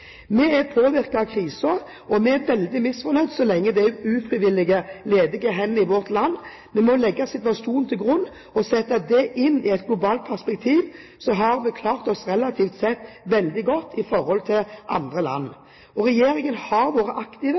Vi er påvirket av krisen, og vi er veldig misfornøyd så lenge det er ufrivillig ledige hender i vårt land. Men ved å legge situasjonen til grunn og sette det i et globalt perspektiv har vi klart oss relativt sett veldig godt i forhold til andre land. Regjeringen har vært